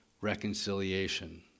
reconciliation